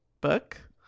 book